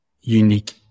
unique